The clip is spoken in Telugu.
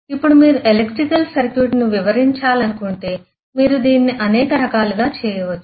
ఇప్పుడు మీరు ఎలక్ట్రికల్ సర్క్యూట్ను వివరించాలనుకుంటే మీరు దీన్ని అనేక రకాలుగా చేయవచ్చు